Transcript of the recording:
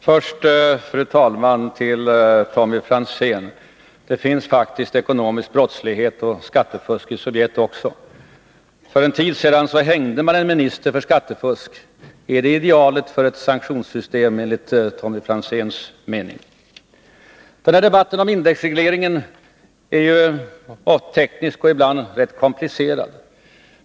Fru talman! Först till Tommy Franzén: Det finns faktiskt ekonomisk brottslighet och skattefusk också i Sovjet. För en tid sedan hängde man en minister för att han gjort sig skyldig till skattefusk. Är det idealet för ett sanktionssystem enligt Tommy Franzéns mening? Debatten om indexregleringen är ju teknisk och ibland rätt komplicerad.